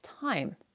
time